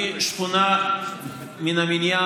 היא שכונה מן המניין.